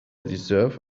deserve